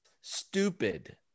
stupid